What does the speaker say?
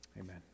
Amen